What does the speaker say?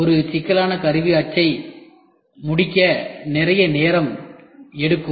ஒரு சிக்கலான கருவி அச்சை முடிக்க நிறைய நேரம் எடுக்கும்